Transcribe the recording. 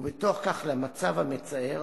ובתוך כך אחר המצב המצער